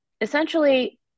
essentially